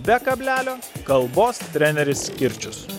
be kablelio kalbos treneris kirčius